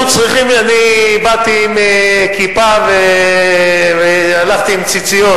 אני באתי עם כיפה והלכתי עם ציציות,